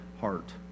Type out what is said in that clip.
heart